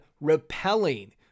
repelling